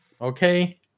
Okay